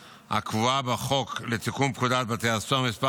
הקבועה בחוק לתיקון פקודת בתי הסוהר (מס'